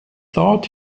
thought